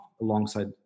alongside